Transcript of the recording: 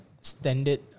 Standard